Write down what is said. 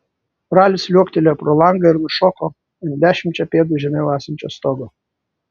ralis liuoktelėjo pro langą ir nušoko ant dešimčia pėdų žemiau esančio stogo